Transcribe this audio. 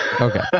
Okay